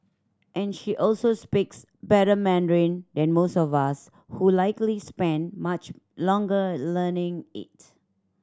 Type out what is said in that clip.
and she also speaks better Mandarin than most of us who likely spent much longer learning it